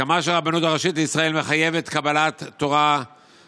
ההסכמה של הרבנות הראשית לישראל מחייבת קבלת קיום